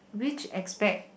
which aspect